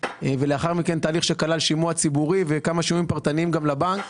ולאחר מכן תהליך שכלל שימוע ציבורי וכמה שימועים פרטניים לבנק.